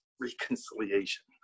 reconciliation